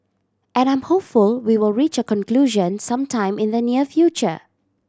and I'm hopeful we will reach a conclusion some time in the near future